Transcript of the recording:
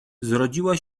zrodziła